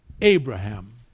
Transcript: Abraham